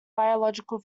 biological